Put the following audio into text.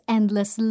Endless